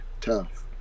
tough